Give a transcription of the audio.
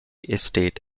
estate